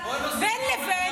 אבל בין לבין